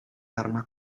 arma